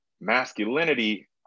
Masculinity